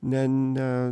ne ne